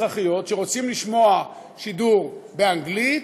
אזרחים ואזרחיות שרוצים לשמוע שידור באנגלית,